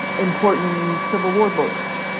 important civil war books,